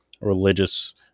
religious